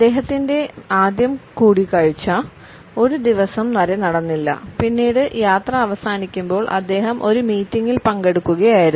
അദ്ദേഹത്തിന്റെ ആദ്യ കൂടിക്കാഴ്ച ഒരു ദിവസം വരെ നടന്നില്ല പിന്നീട് യാത്ര അവസാനിക്കുമ്പോൾ അദ്ദേഹം ഒരു മീറ്റിംഗിൽ പങ്കെടുക്കുകയായിരുന്നു